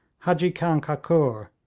hadji khan kakur,